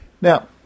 Now